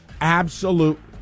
Absolute